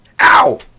Ow